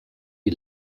die